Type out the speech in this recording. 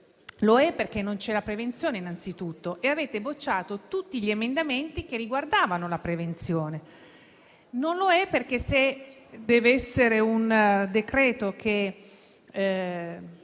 Lo è perché non c'è la prevenzione, innanzitutto; avete bocciato tutti gli emendamenti che riguardavano la prevenzione. Lo è perché, se deve essere un decreto che